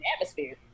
atmosphere